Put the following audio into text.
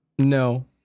No